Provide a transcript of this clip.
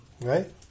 Right